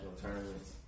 tournaments